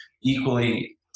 equally